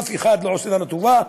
אף אחד לא עושה לנו טובה.